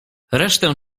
resztę